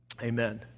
amen